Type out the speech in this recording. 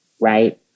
right